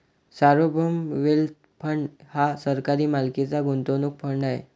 सार्वभौम wealth fund हा सरकारी मालकीचा गुंतवणूक फंड आहे